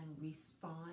respond